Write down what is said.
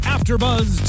Afterbuzz